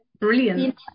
Brilliant